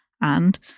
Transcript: and